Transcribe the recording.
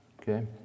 Okay